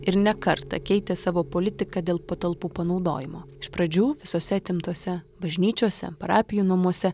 ir ne kartą keitė savo politiką dėl patalpų panaudojimo iš pradžių visose atimtose bažnyčiose parapijų namuose